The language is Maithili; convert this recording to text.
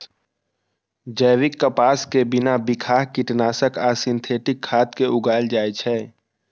जैविक कपास कें बिना बिखाह कीटनाशक आ सिंथेटिक खाद के उगाएल जाए छै